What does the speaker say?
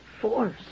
force